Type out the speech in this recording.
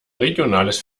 regionales